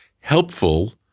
helpful